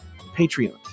Patreon